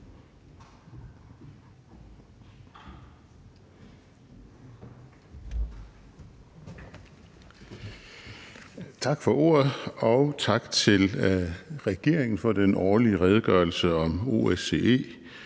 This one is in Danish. Tak for ordet, og tak til regeringen for den årlige redegørelse om OSCE,